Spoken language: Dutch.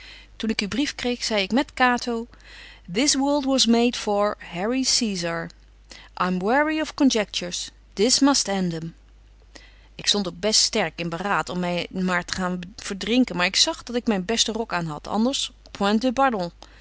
toen ik uw brief kreeg zei ik met cato this world was made for harry caesar i'm weary of conjectures this must end em ik stond ook sterk in beraad om my maar te gaan verdrinken maar ik zag dat ik myn beste rok aan had anders point de pardon